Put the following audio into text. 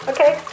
Okay